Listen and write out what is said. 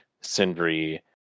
Sindri